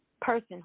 person